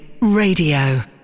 Radio